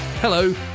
Hello